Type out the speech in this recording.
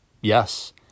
Yes